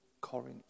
Corinth